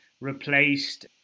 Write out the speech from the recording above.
replaced